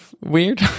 weird